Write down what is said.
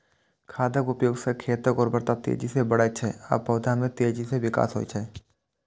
खादक उपयोग सं खेतक उर्वरता तेजी सं बढ़ै छै आ पौधा मे तेजी सं विकास होइ छै